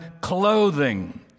clothing